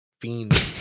Fiend